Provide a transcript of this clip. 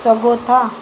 सघो था